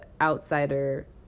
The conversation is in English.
outsider